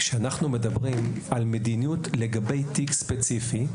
כשאנחנו מדברים על מדיניות לגבי תיק ספציפי,